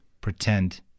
pretend